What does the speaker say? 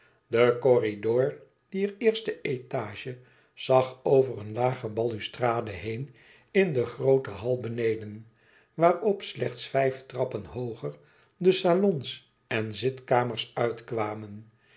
de corridor dier eerste étage zag over een lage balustrade heen in den grooten hall beneden waarop slechts vijf trappen hooger de salons en zitkamers uitkwamen